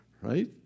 Right